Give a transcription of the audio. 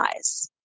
eyes